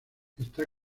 está